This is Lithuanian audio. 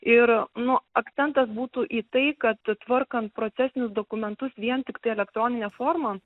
ir nu akcentas būtų į tai kad tvarkant procesinius dokumentus vien tiktai elektronine forma